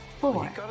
four